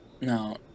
no